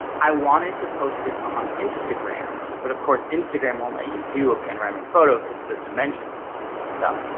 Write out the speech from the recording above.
i wanted to post it on instagram, but of course, instagram, won't let you do a panoramic photo, cause the dimensions are totally messed up.